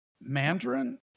Mandarin